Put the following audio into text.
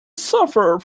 suffer